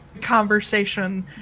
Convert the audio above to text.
conversation